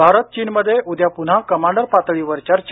भारत चीनमध्ये उद्या पुन्हा कमांडर पातळीवर चर्चा